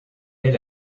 est